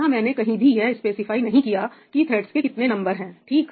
यहां मैंने कहीं भी यह स्पेसिफाई नहीं किया कि थ्रेडस के कितने नंबर हैं ठीक